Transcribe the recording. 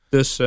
Dus